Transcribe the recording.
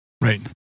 Right